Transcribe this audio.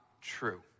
true